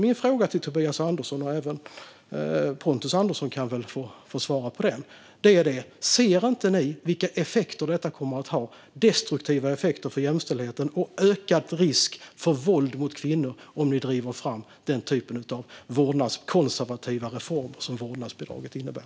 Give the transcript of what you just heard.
Min fråga till Tobias Andersson - Pontus Andersson kan också få svara på den - är: Ser inte ni vilka destruktiva effekter på jämställdheten, med ökad risk för våld mot kvinnor, det kommer att ha om ni driver fram den typ av konservativa reformer som vårdnadsbidraget innebär?